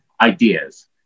ideas